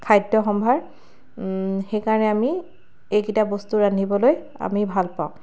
খাদ্য সম্ভাৰ সেইকাৰণে আমি এইকেইটা বস্তু ৰান্ধিবলৈ আমি ভাল পাওঁ